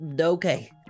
okay